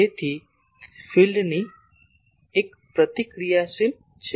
તેથી જ તે ફિલ્ડની નજીક એક પ્રતિક્રિયાશીલ છે